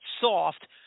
soft